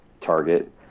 Target